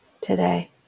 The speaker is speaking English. today